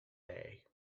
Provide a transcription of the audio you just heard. day